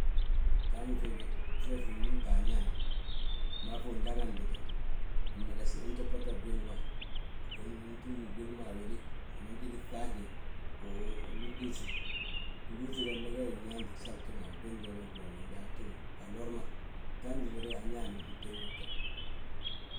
Fŧafñe de, feefi nnúmte añaan, fmaa fu undagantite, untobboto gwili ma. Untúm wili ma a wéde, unan jédi fŧafñe ululuuŧi. Gilúuŧi gembe, gee gi nyaanti gsalte ma, gwéntele gwoo ma gdúba tu, aloor ma, fŧiñi fe de añaani wi wi binite.